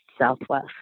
Southwest